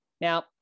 Now